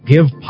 Give